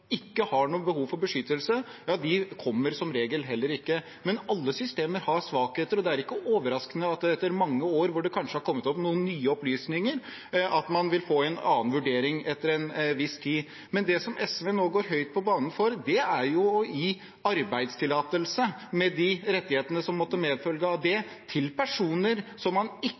ikke har noe behov for beskyttelse, som regel heller ikke kommer. Men alle systemer har svakheter, og det er ikke overraskende at man, etter mange år hvor det kanskje har kommet opp noen nye opplysninger, vil få en annen vurdering etter en viss tid. Men det SV nå går høyt på banen for, er jo å gi arbeidstillatelse, med de rettighetene som måtte medfølge av det, til personer man ikke